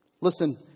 Listen